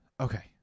Okay